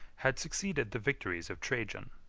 had succeeded the victories of trajan.